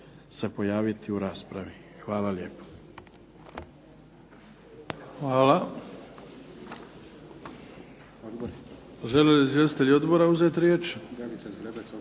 se pojaviti u raspravi. Hvala lijepo.